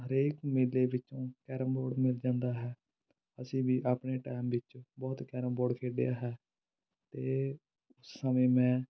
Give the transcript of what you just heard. ਹਰੇਕ ਮੇਲੇ ਵਿੱਚੋਂ ਕੈਰਮ ਬੋਰਡ ਮਿਲ ਜਾਂਦਾ ਹੈ ਅਸੀਂ ਵੀ ਆਪਣੇ ਟਾਇਮ ਵਿੱਚ ਬਹੁਤ ਕੈਰਮ ਬੋਰਡ ਖੇਡਿਆ ਹੈ ਅਤੇ ਉਸ ਸਮੇਂ ਮੈਂ